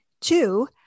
Two